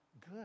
good